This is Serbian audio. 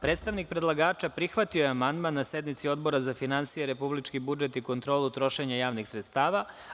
Predstavnik predlagača prihvatio je amandman na sednici Odbora za finansije, republički budžet i kontrolu trošenja javnih sredstava.